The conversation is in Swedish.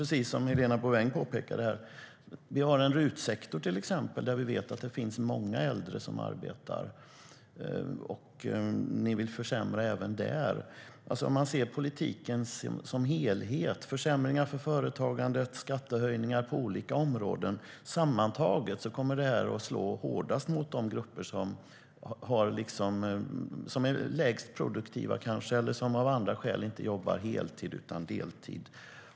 Vi har bland annat en RUT-sektor där många äldre arbetar, men regeringen vill försämra den. Om vi ser politiken som en helhet, med försämringar för företagandet och skattehöjningar på olika områden, kommer det sammantaget att slå hårdast mot de grupper som kanske är minst produktiva eller av olika skäl inte jobbar heltid utan deltid.